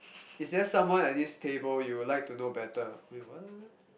is there someone at this table you would like to know better wait what